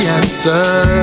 answer